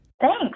Thanks